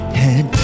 head